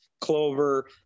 clover